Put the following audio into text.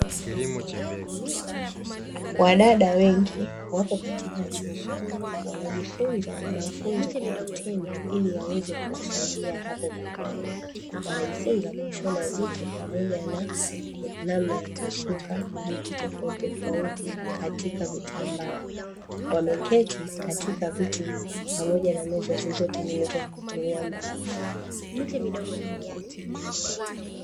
Wadada wengi wapo katika chumba, wanajifunza mafunzo kwa vitendo ili yaweze kuwasaidia hapo baadaye, wanajifunza kushona vitu pamoja na namna ya kusuka vitu tofautitofauti katika vitambaa wameketi katika viti pamoja na meza zilizotengenezwa kutumia mbao.